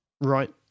right